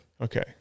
Okay